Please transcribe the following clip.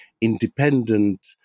independent